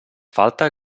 falta